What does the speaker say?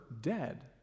dead